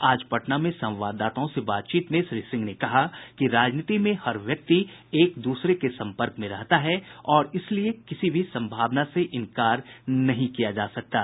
आज पटना में संवाददाताओं से बातचीत में श्री सिंह ने कहा कि राजनीति में हर व्यक्ति एक दूसरे के संपर्क में रहता है और इसलिए किसी भी संभावना से इंकार नहीं किया जा सकता है